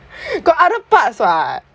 got other parts [what]